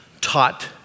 taught